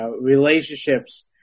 relationships